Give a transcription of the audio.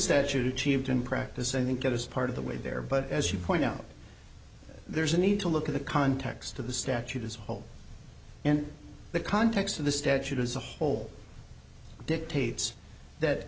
statute achieved in practice i think it is part of the way there but as you point out there is a need to look at the context of the statute as a whole in the context of the statute as a whole dictates that